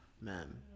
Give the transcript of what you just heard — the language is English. Man